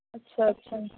ਅੱਛਾ ਅੱਛਾ